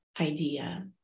idea